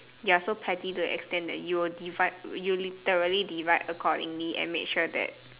you're so petty to the extent that you will divide you will literally divide accordingly and make sure that